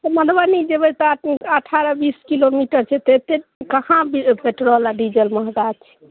मधुबनी जयबै तऽ अठारह बीस किलोमीटर छै तऽ एत्तेक कहाँ पेट्रोल आ डीजल महगा छै